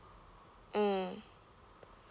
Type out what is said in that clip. mm